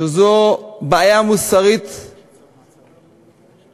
שזו בעיה מוסרית חמורה.